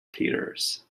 theaters